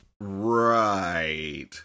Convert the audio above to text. Right